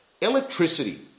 electricity